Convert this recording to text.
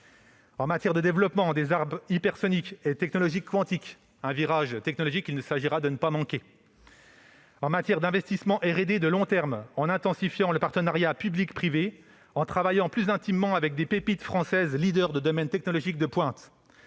Il prévoit le développement des armes hypersoniques et de technologies quantiques, un virage technologique qu'il convient de ne pas manquer. En matière d'investissement R&D de long terme, il a intensifié le partenariat public-privé en travaillant plus intimement avec des pépites françaises leader de domaines technologiques de pointe.